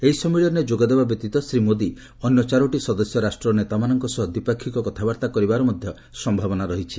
ଏହି ସମ୍ମିଳନୀରେ ଯୋଗଦେବା ବ୍ୟତୀତ ଶ୍ରୀ ମୋଦୀ ଅନ୍ୟ ଚାରୋଟି ସଦସ୍ୟ ରାଷ୍ଟ୍ରର ନେତାମାନଙ୍କ ସହ ଦ୍ୱିପାକ୍ଷିକ କଥାବାର୍ତ୍ତା କରିବାର ସମ୍ଭାବନା ରହିଛି